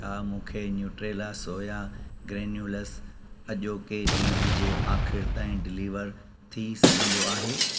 छा मूंखे Nutrela soya granules अॼोके ॾींहं जे आख़िर ताईं डिलीवर थी सघंदो आहे